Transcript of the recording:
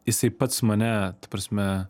jisai pats mane ta prasme